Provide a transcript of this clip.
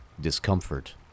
discomfort